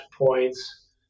points